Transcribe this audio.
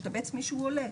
משתבץ מישהו הוא עולה.